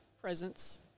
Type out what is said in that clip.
presence